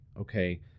okay